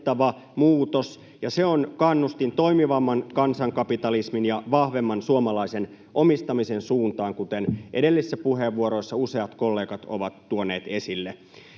muutos. Se on kannustin toimivamman kansankapitalismin ja vahvemman suomalaisen omistamisen suuntaan, kuten edellisissä puheenvuoroissa useat kollegat ovat tuoneet esille.